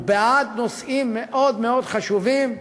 הוא בעד נושאים מאוד חשובים,